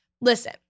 Listen